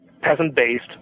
peasant-based